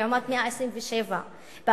לעומת 127 ב-2009,